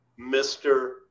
Mr